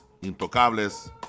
Intocables